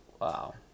Wow